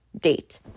date